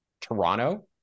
Toronto